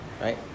Right